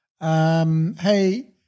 Hey